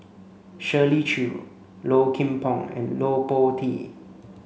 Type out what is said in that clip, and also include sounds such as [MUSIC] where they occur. Shirley Chew Low Kim Pong and [UNINTELLIGIBLE] Po Tee